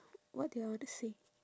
what did I want to say